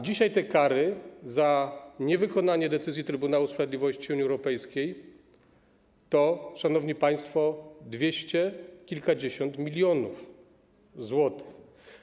Dzisiaj te kary za niewykonanie decyzji Trybunału Sprawiedliwości Unii Europejskiej to, szanowni państwo, dwieście kilkadziesiąt milionów zł.